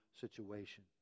situation